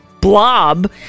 blob